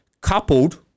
coupled